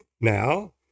Now